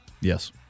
Yes